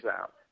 out